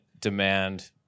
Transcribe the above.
demand